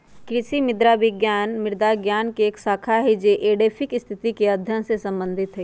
कृषि मृदा विज्ञान मृदा विज्ञान के एक शाखा हई जो एडैफिक स्थिति के अध्ययन से संबंधित हई